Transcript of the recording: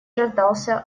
раздался